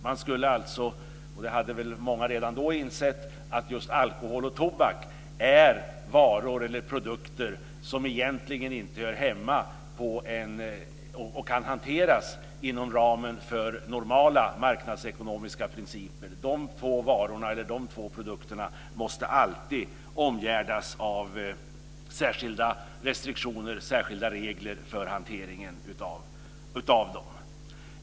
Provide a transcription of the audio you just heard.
Redan då hade väl många insett att just alkohol och tobak är varor eller produkter som egentligen inte hör hemma och kan hanteras inom ramen för normala marknadsekonomiska principer. Hanteringen av dessa två produkter måste alltid omgärdas av särskilda restriktioner och särskilda regler.